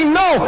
no